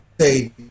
say